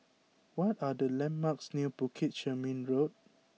what are the landmarks near Bukit Chermin Road